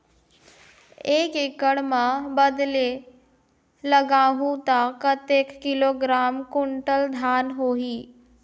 एक एकड़ मां बदले लगाहु ता कतेक किलोग्राम कुंटल धान होही?